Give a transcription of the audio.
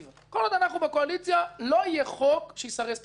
כל עוד אנחנו בקואליציה לא יהיה חוק שיסרס את החטיבה.